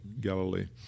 Galilee